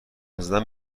زدن